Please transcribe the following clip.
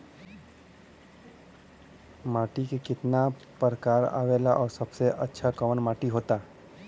माटी के कितना प्रकार आवेला और सबसे अच्छा कवन माटी होता?